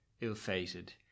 ill-fated